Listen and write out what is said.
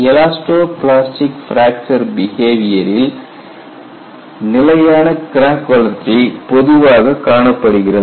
elasto plastic fracture பிஹேவியரில் நிலையான crack வளர்ச்சி பொதுவாகக் காணப்படுகிறது